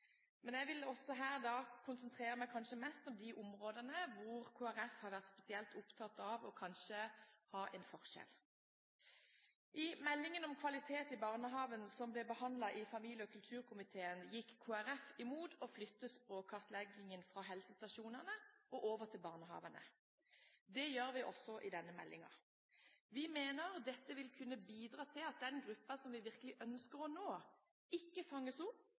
konsentrere meg mest om de områdene hvor Kristelig Folkeparti har vært spesielt opptatt av at det skal være en forskjell. I forbindelse med meldingen om kvalitet i barnehagen, som ble behandlet i familie- og kulturkomiteen, gikk Kristelig Folkeparti imot å flytte språkkartleggingen fra helsestasjonene og over til barnehagene. Det gjør vi også i forbindelse med denne meldingen. Vi mener dette vil kunne bidra til at den gruppen som vi virkelig ønsker å nå, ikke fanges opp